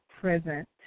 present